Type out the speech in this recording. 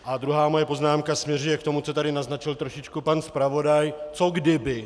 A druhá moje poznámka směřuje k tomu, co tady naznačil trošičku pan zpravodaj co kdyby.